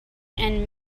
and